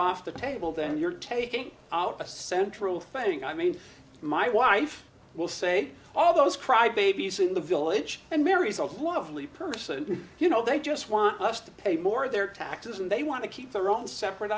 off the table then you're taking out a central thing i mean my wife will say all those crybabies in the village and marries all one of the person you know they just want us to pay more their taxes and they want to keep their own separate